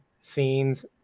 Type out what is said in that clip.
scenes